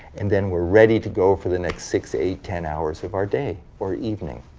and then we're ready to go for the next six, eight, ten hours of our day or evening.